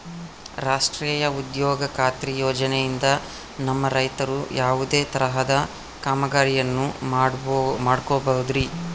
ರಾಷ್ಟ್ರೇಯ ಉದ್ಯೋಗ ಖಾತ್ರಿ ಯೋಜನೆಯಿಂದ ನಮ್ಮ ರೈತರು ಯಾವುದೇ ತರಹದ ಕಾಮಗಾರಿಯನ್ನು ಮಾಡ್ಕೋಬಹುದ್ರಿ?